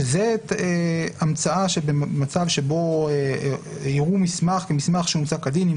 שזאת המצאה במצב שבו יראו מסמך כמסמך שהומצא כדין אם